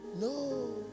No